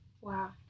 Wow